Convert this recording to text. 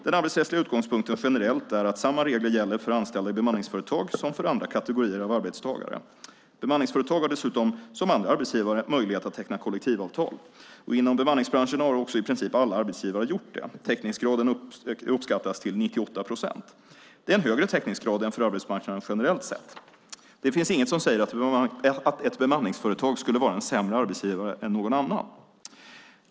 Den arbetsrättsliga utgångspunkten generellt är att samma regler gäller för anställda i bemanningsföretag som för andra kategorier av arbetstagare. Bemanningsföretag har dessutom som andra arbetsgivare möjlighet att teckna kollektivavtal. Inom bemanningsbranschen har också i princip alla arbetsgivare gjort det. Täckningsgraden uppskattas till 98 procent. Det är en högre täckningsgrad än för arbetsmarknaden generellt sett. Det finns inget som säger att ett bemanningsföretag skulle vara en sämre arbetsgivare än någon annan.